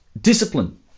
discipline